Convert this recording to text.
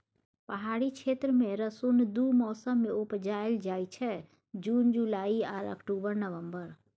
पहाड़ी क्षेत्र मे रसुन दु मौसम मे उपजाएल जाइ छै जुन जुलाई आ अक्टूबर नवंबर